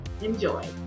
Enjoy